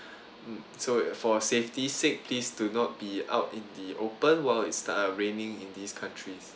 so for safety sake please do not be out in the open while it's uh raining in these countries